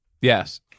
Yes